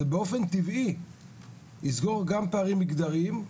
זה באופן טבעי יסגור גם פערים מגדריים,